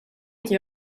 inte